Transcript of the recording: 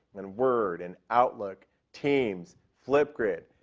and word, and outlook, teams, flip grid,